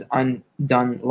undone